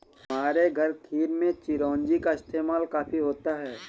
हमारे घर खीर में चिरौंजी का इस्तेमाल काफी होता है